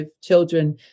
children